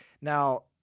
Now –